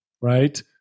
right